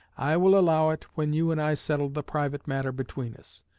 i will allow it when you and i settle the private matter between us.